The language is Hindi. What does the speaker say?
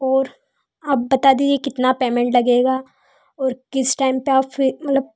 और आप बता दीजिए कितना पैमेंट लगेगा और किस टाइम पे आप फिर मतलब